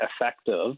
effective